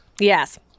yes